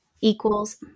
equals